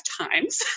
times